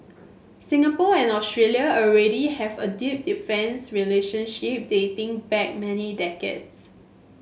Singapore and Australia already have a deep defence relationship dating back many decades